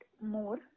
more